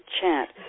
chant